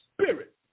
Spirit